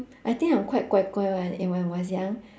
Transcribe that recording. I think I'm quite guai guai one in when I was young